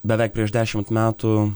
beveik prieš dešimt metų